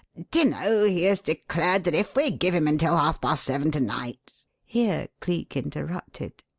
do you know, he has declared that if we give him until half-past seven to-night here cleek interrupted.